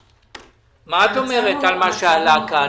מה את אומרת על מה שעלה כאן?